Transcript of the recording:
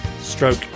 stroke